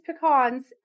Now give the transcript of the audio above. pecans